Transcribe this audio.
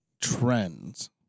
trends